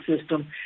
system